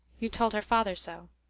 you told her father so.